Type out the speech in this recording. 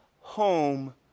home